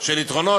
של יתרונות,